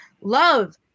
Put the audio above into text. Love